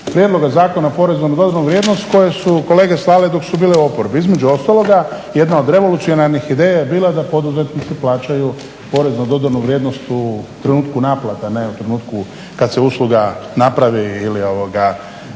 Prijedloga zakona o porezu na dodanu vrijednost koju su kolege slale dok su bile u oporbi. Između ostaloga, jedna od revolucionarnih ideja je bila da poduzetnici plaćaju porez na dodanu vrijednost u trenutku naplata, ne u trenutku kad se usluga napravi ili kad